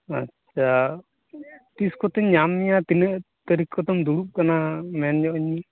ᱟᱪᱪᱷᱟ ᱛᱤᱥ ᱠᱚᱛᱮᱧ ᱧᱟᱢ ᱢᱮᱭᱟ ᱛᱤᱱᱟ ᱜ ᱛᱟ ᱨᱤᱠᱷ ᱠᱚᱛᱮᱢ ᱫᱩᱲᱩᱵ ᱠᱟᱱᱟ ᱢᱮᱱ ᱧᱚᱜ ᱟ ᱧᱢᱮ